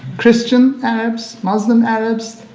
christian arabs, muslim arabs,